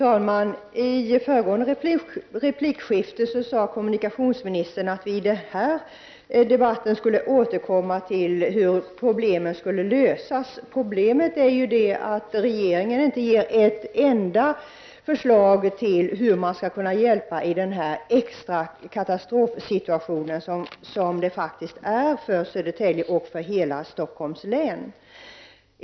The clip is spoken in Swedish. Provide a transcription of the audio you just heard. Fru talman! I debatten om den förra frågan sade kommunikationsministern att vi i debatten om denna fråga skulle återkomma till det sätt på vilket problemet skall lösas. Problemet är ju att regeringen inte ger ett enda förslag till hur den skulle kunna hjälpa till i den katastrofsituation som det faktiskt är fråga om för Södertälje och för hela Stockholms län.